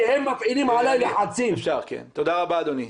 כי הם מפעילים עליי לחצים --- תודה רבה, אדוני.